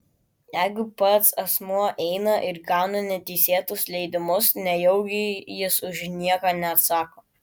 jeigu pats asmuo eina ir gauna neteisėtus leidimus nejaugi jis už nieką neatsako